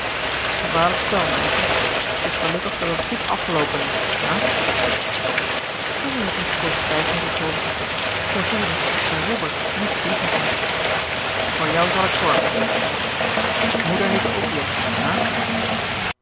gevaarlijk spel meisje t is gelukkig dat het goed afgeloopen is ja henriette boog zwijgend het hoofd zij voelde dat zij robert niet bedriegen kon voor jou zal ik zorgen zeide hij moeder heette ook jet ja